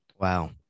Wow